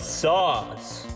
sauce